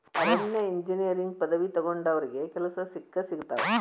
ಅರಣ್ಯ ಇಂಜಿನಿಯರಿಂಗ್ ಪದವಿ ತೊಗೊಂಡಾವ್ರಿಗೆ ಕೆಲ್ಸಾ ಸಿಕ್ಕಸಿಗತಾವ